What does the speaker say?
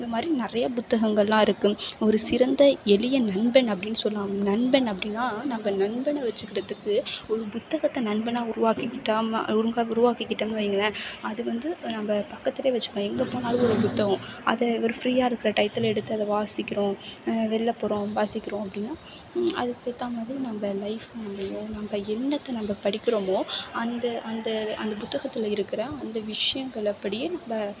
அந்தமாதிரி நிறையா புத்தகங்களெல்லாம் இருக்குது ஒரு சிறந்த எளிய நண்பன் அப்படின்னு சொன்னால் நண்பன் அப்படின்னா நம்ம நண்பனை வச்சுக்கிறத்துக்கு ஒரு புத்தகத்தை நண்பனாக உருவாக்கிக்கிட்டாேம்ம ஒழுங்கா உருவாக்கிக்கிட்டோம்னு வைங்களேன் அது வந்து நம்ம பக்கத்துலேயே வச்சுக்கலாம் எங்கே போனாலும் ஒரு புத்தகம் அதை ஒரு ஃப்ரீயாக இருக்கிற டயத்தில் எடுத்து அதை வாசிக்கிறோம் வெளில போகிறோம் வாசிக்கிறோம் அப்படின்னா அதுக்கேற்ற மாதிரி நம்ம லைஃப் மாறிடும் நம்ம என்னத்தை நம்ம படிக்கிறமோ அந்த அந்த அந்த புத்தகத்தில் இருக்கிற அந்த விஷயங்கள் அப்படியே நம்ம